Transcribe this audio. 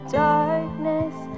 darkness